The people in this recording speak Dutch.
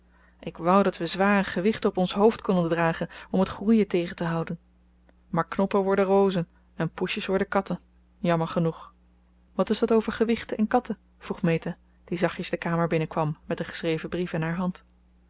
ik wou dat wij zware gewichten op ons hoofd konden dragen om het groeien tegen te houden maar knoppen worden rozen en poesjes worden katten jammer genoeg wat is dat over gewichten en katten vroeg meta die zachtjes de kamer binnenkwam met den geschreven brief in haar hand